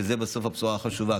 שזו בסוף הבשורה החשובה.